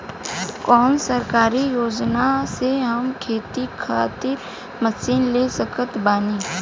कौन सरकारी योजना से हम खेती खातिर मशीन ले सकत बानी?